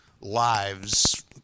lives